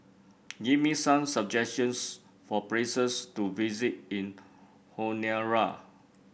give me some suggestions for places to visit in Honiara